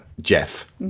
Jeff